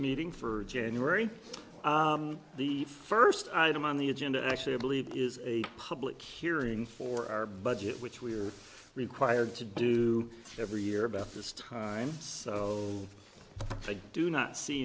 meeting for january the first item on the agenda actually i believe is a public hearing for our budget which we're required to do every year about this time so i do not see